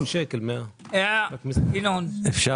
בבקשה.